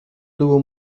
tuvo